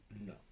No